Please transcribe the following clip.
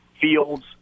Fields